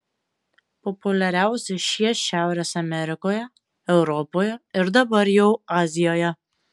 populiariausi šie šiaurės amerikoje europoje ir dabar jau azijoje